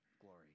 glory